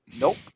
nope